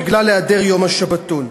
בגלל היעדר יום השבתון,